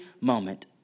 moment